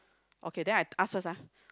okay then I ask first ah